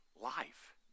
Life